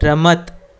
રમત